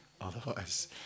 Otherwise